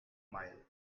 mile